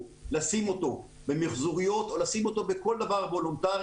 לשים אותו במיחזוריות או לשים אותו בכל דבר וולונטרי,